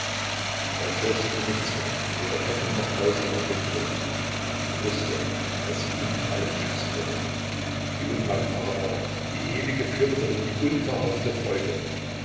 er fürchtete nichts mehr weder ketten noch folter noch den tod er wußte daß sie ihn vor allem schützen würde die unwankbare mauer die ewige fürbitterin die unverhoffte freude